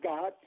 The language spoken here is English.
God